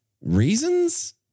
reasons